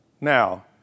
Now